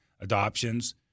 adoptions